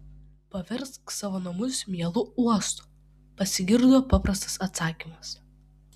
paversk savo namus mielu uostu pasigirdo paprastas atsakymas